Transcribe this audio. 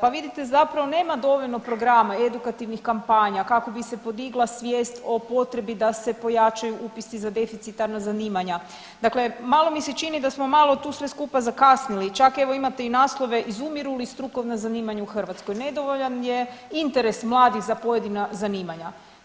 pa vidite zapravo nema dovoljno programa i edukativnih kampanja kako bi se podigla svijest o potrebi da se pojačaju upisi za deficitarna zanimanja, dakle malo mi se čini da smo malo tu sve skupa zakasnili, čak evo imate i naslove „Izumiru li strukovna zanimanja u Hrvatskoj“, nedovoljan je interes mladih za pojedina zanimanja.